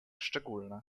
szczególne